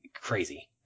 crazy